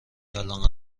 الآن